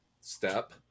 step